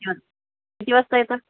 हा किती वाजता येतं